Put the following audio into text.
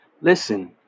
Listen